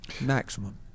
maximum